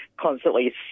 constantly